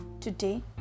Today